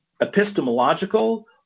epistemological